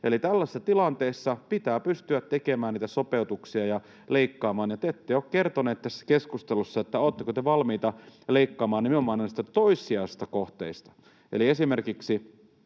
Eli tällaisessa tilanteessa pitää pystyä tekemään niitä sopeutuksia ja leikkaamaan, ja te ette ole kertoneet tässä keskustelussa, oletteko te valmiita leikkaamaan nimenomaan näistä toissijaisista kohteista